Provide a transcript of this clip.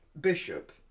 Bishop